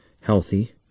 healthy